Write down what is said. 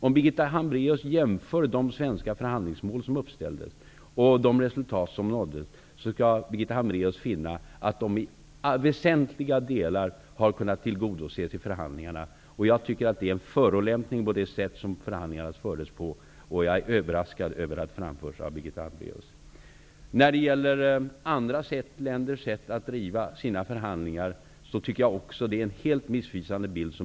Om Birgitta Hambraeus jämför de svenska förhandlingsmål som uppställdes med de resultat som nåddes skall hon finna att de i väsentliga delar kunnat uppnås i förhandlingarna. Jag tycker att Birgitta Hambraeus uttalande är en förolämpning mot det sätt som förhandlingarna fördes på. Jag är överraskad att detta framförs av Birgitta När det gäller andra länders sätt att driva sina förhandlingar tycker jag att Birgitta Hambraeus ger en helt missvisande bild.